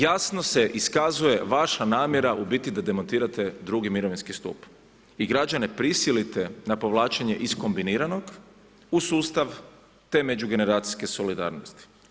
Jasno se iskazuje vaša namjera u biti da demantirate drugi mirovinski stup i građana prisilite na povlačenje iz kombiniranog u sustav te međugeneracijske solidarnosti.